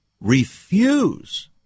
refuse